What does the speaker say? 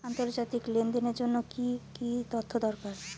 আন্তর্জাতিক লেনদেনের জন্য কি কি তথ্য দরকার?